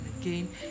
again